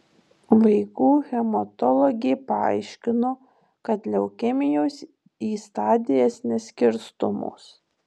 vaikų hematologė paaiškino kad leukemijos į stadijas neskirstomos